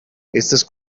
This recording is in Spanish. estas